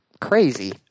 crazy